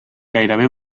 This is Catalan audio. gairebé